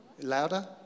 Louder